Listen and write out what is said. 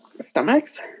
stomachs